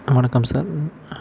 ஆ வணக்கம் சார்